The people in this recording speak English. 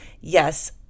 yes